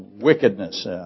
wickedness